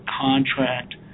contract